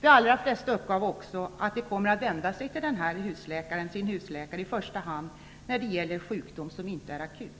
De allra flesta uppgav också att de i första hand kommer att vända sig till sin husläkare när det gäller sjukdom som inte är akut.